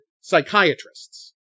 psychiatrists